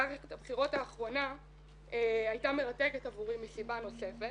מערכת הבחירות האחרונה הייתה מרתקת עבורי מסיבה נוספת